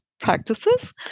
practices